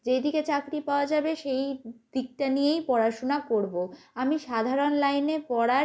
যেই দিকে চাকরি পাওয়া যাবে সেই দিকটা নিয়েই পড়াশোনা করব আমি সাধারণ লাইনে পড়ার